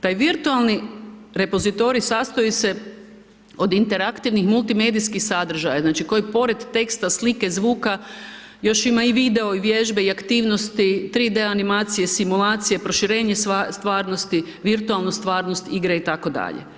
Taj virtualni repozitorij sastoji se od interaktivnih multimedijskih sadržaja koji pored teksta, slike, zvuka još ima i video i vježbe i aktivnosti, 3D animacije , simulacije, proširenje stvarnosti, virtualne stvarnosti, igre itd.